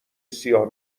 سیاه